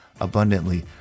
abundantly